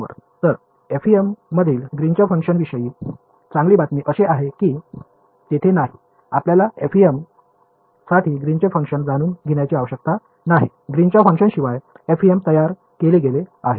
तर FEM मधील ग्रीनच्या फंक्शनविषयी चांगली बातमी अशी आहे की तेथे नाही आपल्याला FEM साठी ग्रीनचे फंक्शन जाणून घेण्याची आवश्यकता नाही ग्रीनच्या फंक्शनशिवाय FEM तयार केले गेले आहे